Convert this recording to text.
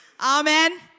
Amen